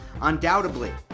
Undoubtedly